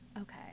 Okay